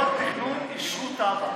מוסדות תכנון אישרו תב"ע,